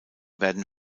werden